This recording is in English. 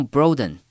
Broaden